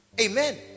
Amen